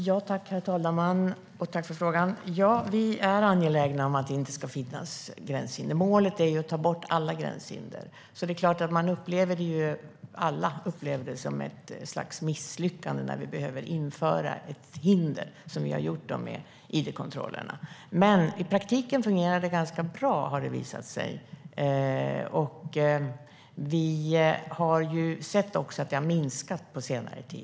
Herr talman! Tack för frågan! Vi är angelägna om att det inte ska finnas gränshinder. Målet är att ta bort alla gränshinder, så vi alla upplever det som ett slags misslyckande när vi behöver införa hinder, som vi har gjort med id-kontrollerna. Men i praktiken fungerar det ganska bra, har det visat sig. Vi har också sett att det på senare tid har minskat.